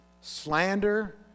slander